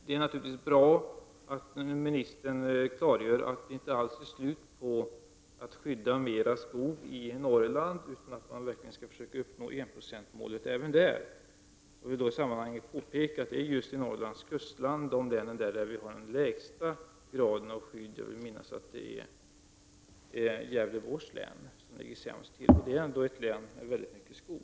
Det är naturligtvis bra att ministern klargör att man inte alls kommer att sluta att utöka skyddet av skog i Norrland, utan att man verkligen försöker uppnå enprocentsmålet även där. Jag vill i detta sammanhang påpeka att just länen vid Norrlands kustland har den lägsta graden av skydd. Jag vill minnas att det är Gävleborgs län som ligger sämst till, och det är ändå ett län med väldigt mycket skog.